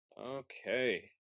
okay